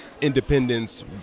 independence